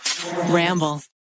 Ramble